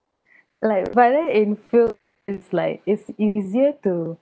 like but then in film is like is easier to